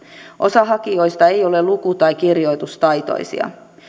osa hakijoista ei ole luku tai kirjoitustaitoisia